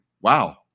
Wow